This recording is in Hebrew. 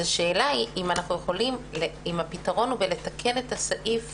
השאלה אם הפתרון הוא בתיקון הסעיף